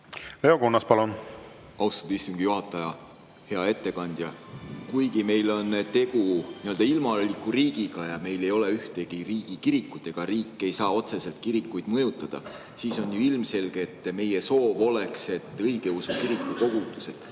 Leo Kunnas, palun! Austatud istungi juhataja! Hea ettekandja! Kuigi meil on tegu nii-öelda ilmaliku riigiga, meil ei ole ühtegi riigikirikut ja riik ei saa otseselt kirikuid mõjutada, on ju ilmselge, et meie soov oleks, et õigeusu kiriku kogudused